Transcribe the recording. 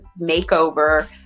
makeover